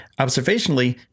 observationally